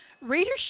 Readership